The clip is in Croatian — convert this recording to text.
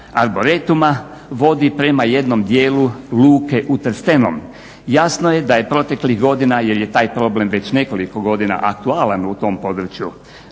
Arboretuma vodi prema jednom dijelu luke u Trstenom. Jasno je da je proteklih godina, jer je taj problem već nekoliko godina aktualan u tom području